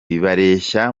bareshya